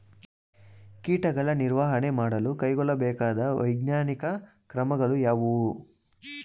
ಕೀಟಗಳ ನಿರ್ವಹಣೆ ಮಾಡಲು ಕೈಗೊಳ್ಳಬೇಕಾದ ವೈಜ್ಞಾನಿಕ ಕ್ರಮಗಳು ಯಾವುವು?